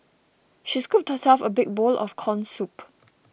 she scooped herself a big bowl of Corn Soup